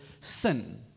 sin